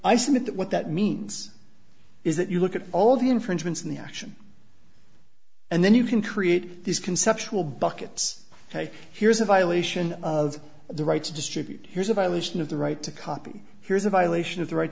that means is that you look at all the infringements in the action and then you can create these conceptual buckets ok here's a violation of the right to distribute here's a violation of the right to copy here's a violation of the right